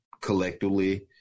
collectively